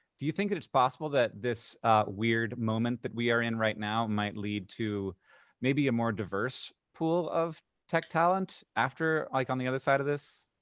do you think that it's possible that this weird moment that we are in right now might lead to maybe a more diverse pool of tech talent after, like, on the other side of this